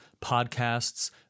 podcasts